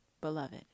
beloved